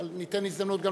אבל ניתן הזדמנות,